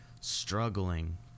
struggling